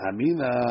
Amina